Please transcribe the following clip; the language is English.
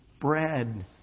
bread